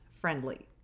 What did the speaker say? Friendly